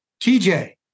TJ